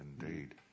indeed